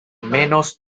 menos